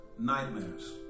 Nightmares